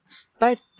start